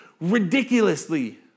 ridiculously